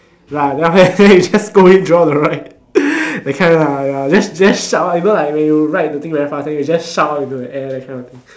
ya then after that we just scold him through out the ride that kind ya just shout you know when you ride the thing very fast and you just shout out into the air that kind of thing